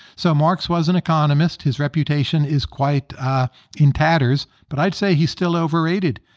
so marx was an economist. his reputation is quite in tatters, but i'd say he's still overrated,